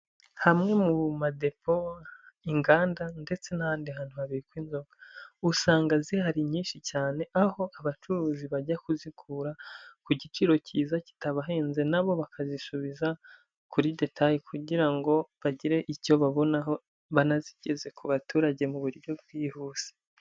Hamwe mu madepo, inganda ndetse n'ahandi hantu habikwa inzoga, usanga zihari nyinshi cyane, aho abacuruzi bajya kuzikura ku giciro cyiza kitabahenze na bo bakazisubiza kuri detaye kugira ngo bagire icyo babonaho, banazigeze ku baturage mu buryo bwihuse.